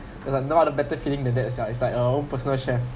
there is no other better feeling than that sia it's like your own personal chef